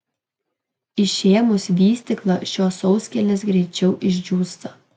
išėmus vystyklą šios sauskelnės greičiau išdžiūsta